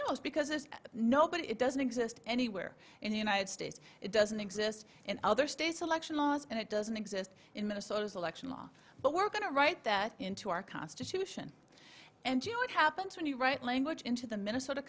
knows because there's no but it doesn't exist anywhere in the united states it doesn't exist in other states election laws and it doesn't exist in minnesota election law but we're going to write that into our constitution and you know what happens when you write language into the minnesota